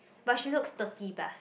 but she looks thirty plus